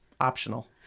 Optional